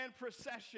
procession